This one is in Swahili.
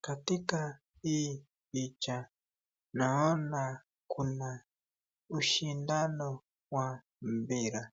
Katika hii picha naona kuna mshindano wa mpira.